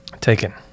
Taken